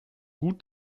gut